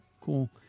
cool